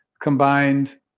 combined